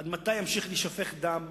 עד מתי ימשיך להישפך דם?